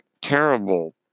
terrible